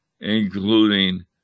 including